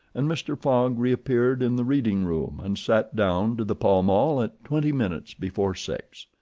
and mr. fogg re-appeared in the reading-room and sat down to the pall mall at twenty minutes before six.